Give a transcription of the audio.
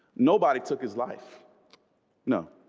nobody took his life no